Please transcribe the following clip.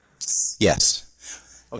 Yes